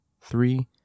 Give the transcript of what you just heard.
three